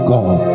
God